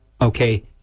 Okay